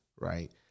right